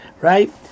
right